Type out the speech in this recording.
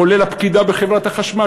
כולל הפקידה בחברת החשמל,